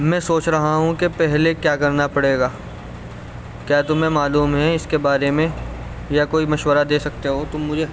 میں سوچ رہا ہوں کہ پہلے کیا کرنا پڑے گا کیا تمہیں معلوم ہے اس کے بارے میں یا کوئی مشورہ دے سکتے ہو تم مجھے